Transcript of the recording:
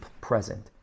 present